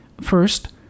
First